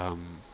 um